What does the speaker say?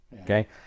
okay